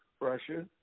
Russia